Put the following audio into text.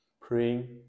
praying